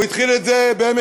הוא התחיל את זה בעמק-יזרעאל,